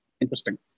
interesting